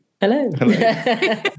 Hello